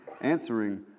answering